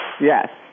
yes